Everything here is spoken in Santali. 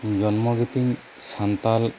ᱡᱚᱱᱢᱚ ᱜᱮᱛᱤᱧ ᱥᱟᱱᱛᱟᱞ